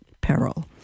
peril